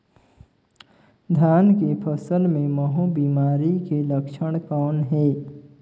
धान के फसल मे महू बिमारी के लक्षण कौन हे?